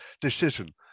decision